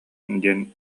диэн